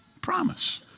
promise